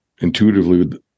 intuitively